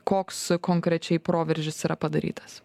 koks konkrečiai proveržis yra padarytas